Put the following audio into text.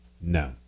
No